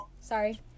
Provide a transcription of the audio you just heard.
Sorry